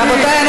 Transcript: רבותיי,